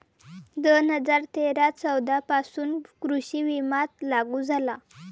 दोन हजार तेरा चौदा पासून कृषी विमा लागू झाला